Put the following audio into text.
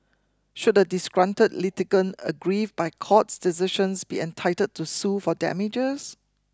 should a disgruntled litigant aggrieved by courts decisions be entitled to sue for damages